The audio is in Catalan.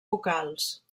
vocals